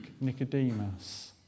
Nicodemus